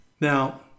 Now